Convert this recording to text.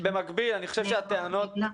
רם שפע (יו"ר ועדת החינוך,